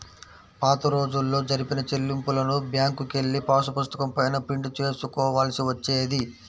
పాతరోజుల్లో జరిపిన చెల్లింపులను బ్యేంకుకెళ్ళి పాసుపుస్తకం పైన ప్రింట్ చేసుకోవాల్సి వచ్చేది